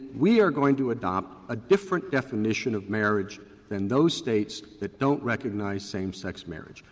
we are going to adopt a different definition of marriage than those states that don't recognize same-sex marriage.